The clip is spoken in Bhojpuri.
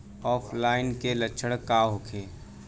ऑफलाइनके लक्षण का होखे?